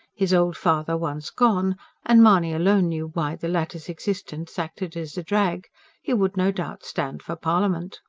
his old father once gone and mahony alone knew why the latter's existence acted as a drag he would no doubt stand for parliament.